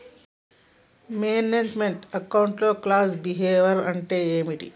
Manage meant account లో cost behaviour అంటే ఏమిటి?